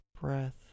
breath